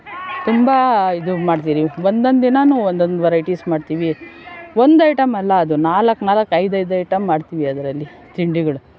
ತುಂಬ ಇದು ಮಾಡ್ತೀವಿ ಒಂದೊಂದು ದಿನಾನೂ ಒಂದೊಂದು ವೈರೈಟೀಸ್ ಮಾಡ್ತೀವಿ ಒಂದು ಐಟಮ್ ಅಲ್ಲ ಅದು ನಾಲ್ಕು ನಾಲ್ಕು ಐದೈದು ಮಾಡ್ತೀವಿ ಅದರಲ್ಲಿ ತಿಂಡಿಗಳು